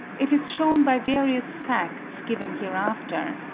it is shewn by various facts, given hereafter,